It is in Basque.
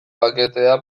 paketea